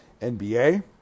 NBA